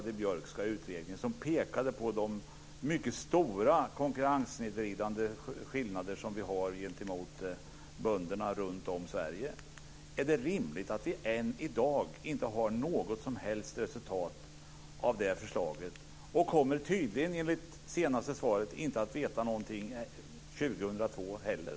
Den pekade på de mycket stora konkurrenssnedvridande skillnader som finns gentemot bönderna runtom i Sverige. Tycker Inge Carlsson att det är rimligt att vi än i dag inte har något som helst resultat av det förslaget? Enligt det senaste svaret kommer vi tydligen inte heller att veta någonting år 2002.